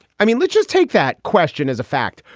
i mean, let's just take that question as a fact.